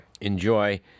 enjoy